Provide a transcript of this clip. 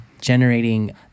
generating